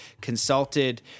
consulted